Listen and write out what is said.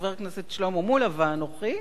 חבר הכנסת שלמה מולה ואנוכי,